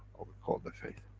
what we call, the fate.